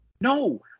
No